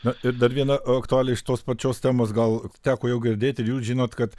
na ir dar viena aktualija iš tos pačios temos gal teko jau girdėti ir jūs žinot kad